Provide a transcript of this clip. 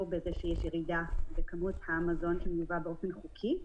בזה שיש ירידה בכמות המזון שמיובא באופן חוקי.